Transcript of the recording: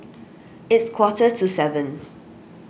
its quarter to seven